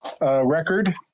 record